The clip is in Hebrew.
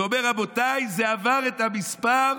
ואומר: רבותיי, זה עבר את המספר,